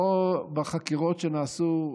לא בחקירות שנעשו,